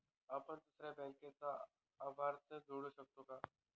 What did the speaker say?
आपण दुसऱ्या बँकेचा लाभार्थी जोडू शकतो का?